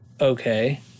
okay